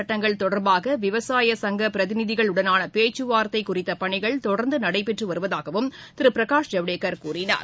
சட்டங்கள் தொடர்பாகவிவசாய சங்கப் பிரதிநிதிகளுடனானபேச்சுவார்த்தைகுறித்தபணிகள் வேளாண் தொடர்ந்துநடைபெற்றுவருவதாகவும் திருபிரகாஷ் ஜவ்டேகர் கூறினார்